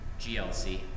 GLC